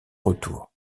retour